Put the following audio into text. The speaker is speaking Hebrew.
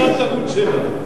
חוץ מסגירת ערוץ-7.